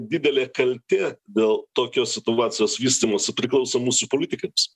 didelė kaltė dėl tokios situacijos vystymosi priklauso mūsų politikams